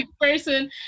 person